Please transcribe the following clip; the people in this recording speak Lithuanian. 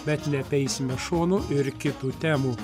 bet neapeisime šonu ir kitų temų